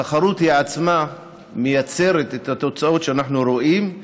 התחרות עצמה מייצרת את התוצאות שאנחנו רואים,